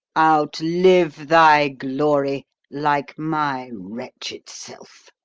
outlive thy glory, like my wretched self!